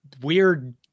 weird